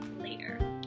later